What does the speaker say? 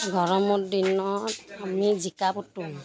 গৰমৰ দিনত আমি জিকা পুতোঁ